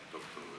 ד"ר,